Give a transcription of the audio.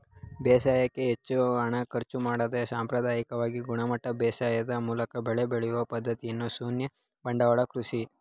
ಬೇಸಾಯಕ್ಕೆ ಹೆಚ್ಚು ಹಣ ಖರ್ಚು ಮಾಡದೆ ಸಾಂಪ್ರದಾಯಿಕವಾಗಿ ಗುಣಮಟ್ಟ ಬೇಸಾಯದ್ ಮೂಲಕ ಬೆಳೆ ಬೆಳೆಯೊ ಪದ್ಧತಿ ಶೂನ್ಯ ಬಂಡವಾಳ ಕೃಷಿ